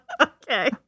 Okay